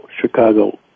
Chicago